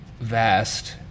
vast